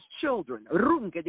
children